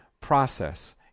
process